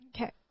Okay